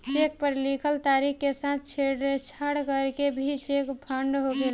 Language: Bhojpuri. चेक पर लिखल तारीख के साथ छेड़छाड़ करके भी चेक फ्रॉड होखेला